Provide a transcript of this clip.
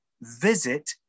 visit